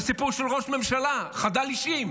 זה סיפור של ראש ממשלה חדל אישים,